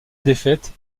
défaites